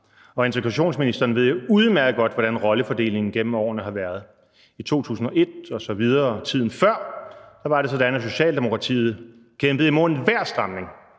og integrationsministeren ved udmærket godt, hvordan rollefordelingen gennem årene har været. I 2001 osv. og tiden før var det sådan, at Socialdemokratiet kæmpede imod enhver stramning.